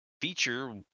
feature